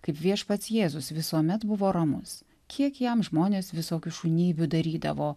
kaip viešpats jėzus visuomet buvo ramus kiek jam žmonės visokių šunybių darydavo